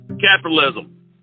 capitalism